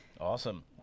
Awesome